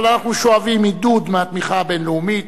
אבל אנחנו שואבים עידוד מהתמיכה הבין-לאומית,